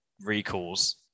recalls